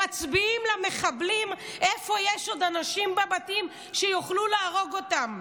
הם מצביעים למחבלים איפה יש עוד אנשים בבתים שיוכלו להרוג אותם.